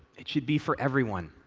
it should be for everyone.